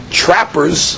trappers